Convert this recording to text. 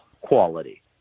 quality